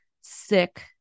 sick